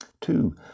Two